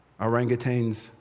orangutans